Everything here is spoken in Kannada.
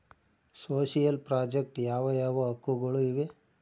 ಸೋಶಿಯಲ್ ಪ್ರಾಜೆಕ್ಟ್ ಯಾವ ಯಾವ ಹಕ್ಕುಗಳು ಇವೆ?